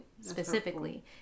specifically